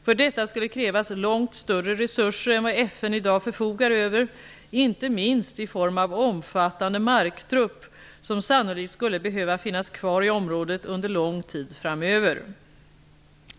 För detta skulle krävas långt större resurser än vad FN i dag förfogar över, inte minst i form av omfattande marktrupp som sannolikt skulle behöva finnas kvar i området under lång tid framöver.